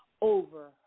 over